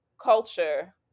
culture